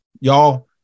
y'all